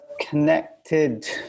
connected